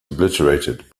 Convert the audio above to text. obliterated